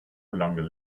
longer